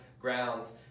grounds